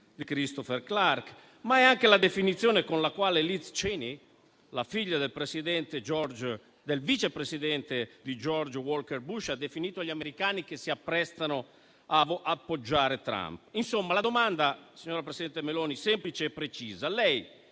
di Christopher Clark; ma è anche la definizione con la quale Liz Cheney, la figlia del vice presidente di George Walker Bush, ha definito gli americani che si apprestano ad appoggiare Trump. Insomma, la domanda, signora presidente Meloni, è semplice e precisa: